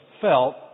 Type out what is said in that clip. felt